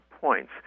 points